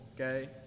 Okay